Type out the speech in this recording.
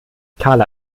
karla